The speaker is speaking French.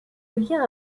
lien